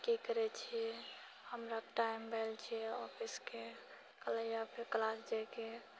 की करैत छिऐ हमरा टाइम भेल छै ऑफिसके या फेर क्लास जाइके